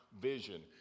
vision